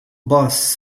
bus